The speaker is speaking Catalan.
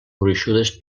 gruixudes